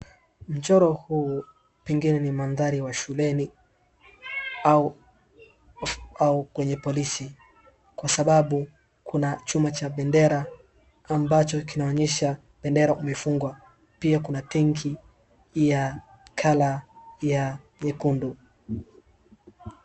Mchoro huu pengine ni mandhari wa shuleni au au kwenye polisi. Kwa sababu kuna chuma cha bendera ambacho kinaonyesha bendera kumefungwa. Pia kuna tenki ya kalaa ya nyekundu.